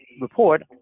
report